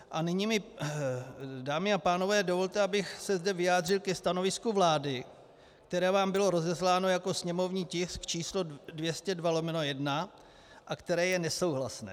A nyní mi, dámy a pánové, dovolte, abych se zde vyjádřil ke stanovisku vlády, které vám bylo rozesláno jako sněmovní tisk číslo 202/1 a které je nesouhlasné.